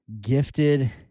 gifted